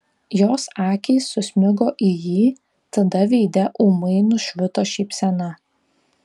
jos akys susmigo į jį tada veide ūmai nušvito šypsena